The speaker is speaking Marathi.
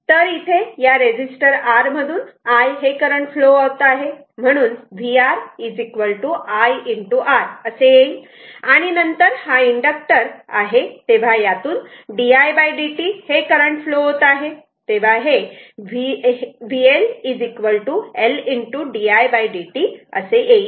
तर इथे या रेझिस्टर R मधून i हे करंट फ्लो होत आहे म्हणून vR i R असे येईल आणि नंतर हा इंडक्टर आहे तेव्हा यातून di dt हे करंट फ्लो होत आहे तेव्हा हे vL L di dt असे येईल